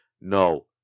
No